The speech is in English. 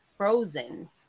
Frozen